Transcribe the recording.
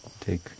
take